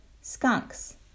Skunks